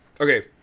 Okay